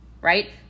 right